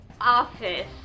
Office